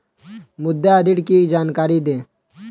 मुद्रा ऋण की जानकारी दें?